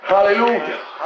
Hallelujah